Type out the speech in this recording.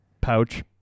pouch